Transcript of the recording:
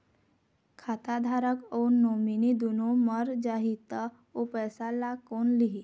खाता धारक अऊ नोमिनि दुनों मर जाही ता ओ पैसा ला कोन लिही?